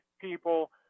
people